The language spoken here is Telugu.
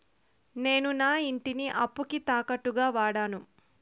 నేను నా ఇంటిని అప్పుకి తాకట్టుగా వాడాను